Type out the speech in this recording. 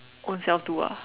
own self do ah